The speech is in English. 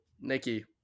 Nikki